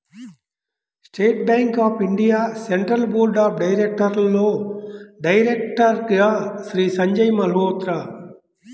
state Bank of India central board of డైరెక్టర్స్లో డైరెక్టర్గా శ్రీ సంజయ్ మల్హోత్రా